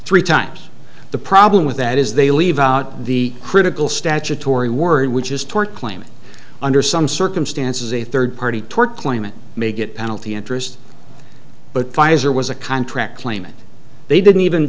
three times the problem with that is they leave out the critical statutory worry which is tort claim under some circumstances a third party tort claimant may get penalty interest but pfizer was a contract claimant they didn't even